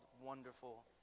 Wonderful